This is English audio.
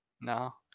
No